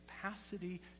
capacity